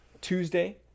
Tuesday